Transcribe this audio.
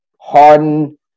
Harden